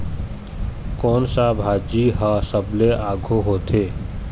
कोन सा भाजी हा सबले आघु होथे?